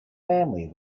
family